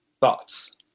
Thoughts